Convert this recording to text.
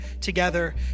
together